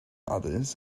others